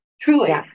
truly